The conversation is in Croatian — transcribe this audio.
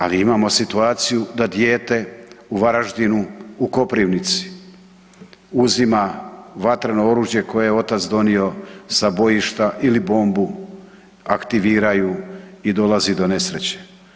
Ali imamo situaciju da dijete u Varaždinu, u Koprivnici uzima vatreno oružje koje je otac donio sa bojišta ili bombu, aktiviraju i dolazi do nesreće.